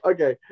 Okay